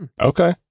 Okay